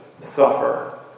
suffer